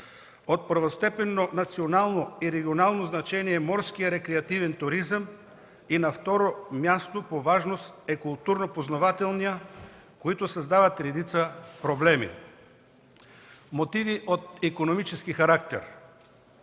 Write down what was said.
От първостепенно национално и регионално значение е морският рекреативен туризъм и на второ място по важност е културно познавателният, които създават редица проблеми. Мотиви от икономически характер